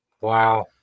Wow